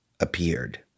Appeared